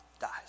dies